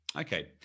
Okay